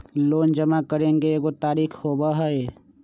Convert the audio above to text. Loan जमा करेंगे एगो तारीक होबहई?